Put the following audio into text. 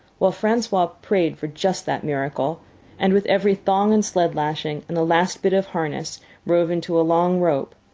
while francois prayed for just that miracle and with every thong and sled lashing and the last bit of harness rove into a long rope,